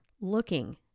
looking